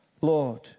Lord